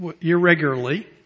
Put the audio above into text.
irregularly